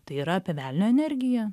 tai yra apie velnio energiją